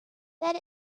that